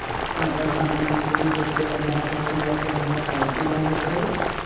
अगर हम ई कंपनी के शेयरधारक बन जाऊ तो हमरा काउची लाभ हो तय?